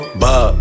bob